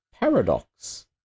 Paradox